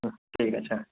হ্যাঁ ঠিক আছে হ্যাঁ